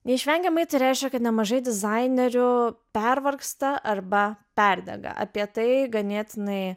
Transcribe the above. neišvengiamai tai reiškia kad nemažai dizainerių pervargsta arba perdega apie tai ganėtinai